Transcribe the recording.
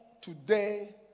today